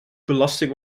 belasting